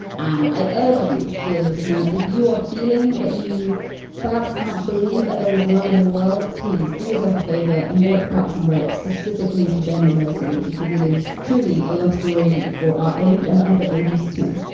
and i urge you, dear listener, if you are feeling that you perhaps can't believe that there is love in the world. please do yourself a favor and watch parks and rec specifically for ben and leslie, because it is truly a love story for our age and other ages to